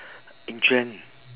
in jan